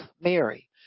Mary